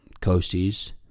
Coasties